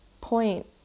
point